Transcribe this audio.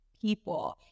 people